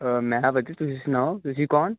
ਮੈਂ ਵਧੀਆ ਤੁਸੀਂ ਸੁਣਾਓ ਤੁਸੀਂ ਕੋਣ